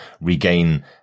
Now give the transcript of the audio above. regain